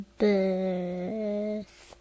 birth